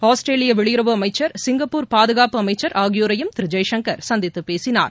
ஆஸ்திரேலியவெளியுறவு அமைச்சர் சிங்கப்பூர் பாதுகாப்பு அமைச்சர் ஆகியோரையும் திருஜெய்சங்கர் சந்தித்துப்பேசினார்